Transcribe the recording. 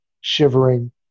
shivering